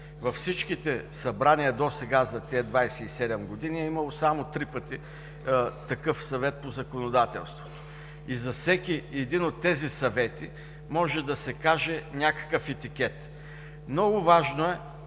във всичките събрания досега за тези 27 години е имало само три пъти такъв Съвет по законодателството и за всеки един от тези съвети може да се каже някакъв етикет. Много важно е,